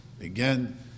again